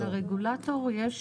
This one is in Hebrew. לרגולטור יש